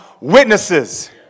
Witnesses